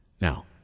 Now